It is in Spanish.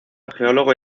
geólogo